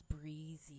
breezy